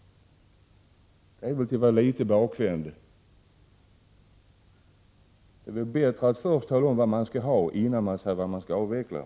Det är väl litet bakvänt. Det är bättre att först tala om vad man skall ha innan man avvecklar.